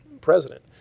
president